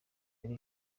ari